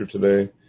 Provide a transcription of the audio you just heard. today